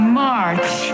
march